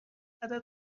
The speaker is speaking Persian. عدد